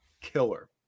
killer